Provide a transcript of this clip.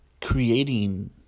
creating